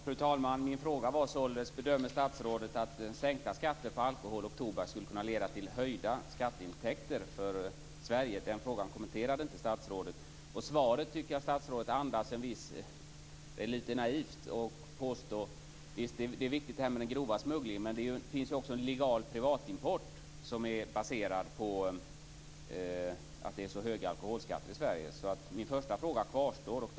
Fru talman! Min fråga var: Bedömer statsrådet att sänkta skatter på alkohol och tobak skulle kunna leda till höjda skatteintäkter för Sverige? Den frågan kommenterade inte statsrådet, och jag tycker att svaret från statsrådet andas litet av naivitet. Det som gäller den grova smugglingen är riktigt, men det förekommer också en legal privatimport baserad på att vi har så höga alkoholskatter i Sverige. Min första fråga kvarstår alltså.